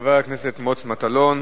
לחבר הכנסת מוץ מטלון.